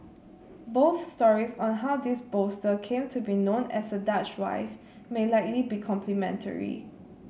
both stories on how this bolster came to be known as a Dutch wife may likely be complementary